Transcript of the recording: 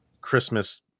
Christmas